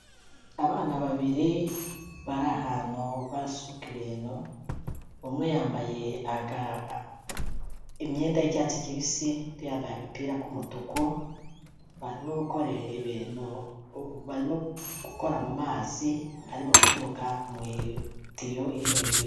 Abana babiri, bari ahantu basuka ibintu, umwe yambaye imyenda y'icyatsi kibisi, undi yambaye agapira k'umutuku, barimo gukora mu mazi, arimo guturuka mu itiyo iri hejuru.